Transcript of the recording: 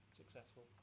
successful